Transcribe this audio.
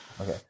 Okay